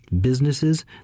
businesses